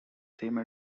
same